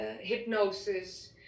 hypnosis